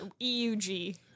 E-U-G